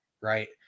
Right